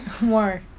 more